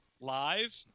live